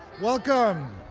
welcome.